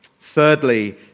Thirdly